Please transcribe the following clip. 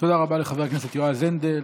תודה רבה לחבר הכנסת יועז הנדל.